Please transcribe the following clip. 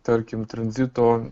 tarkim tranzito